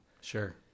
Sure